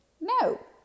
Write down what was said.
No